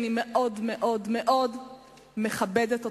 אני מאוד מאוד מאוד מכבדת אותך,